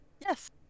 Yes